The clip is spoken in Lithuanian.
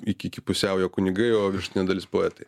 iki iki pusiaujo kunigai o viršutinė dalis poetai